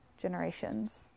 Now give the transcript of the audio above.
generations